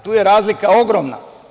Tu je razlika ogromna.